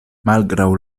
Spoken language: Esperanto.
malgraŭ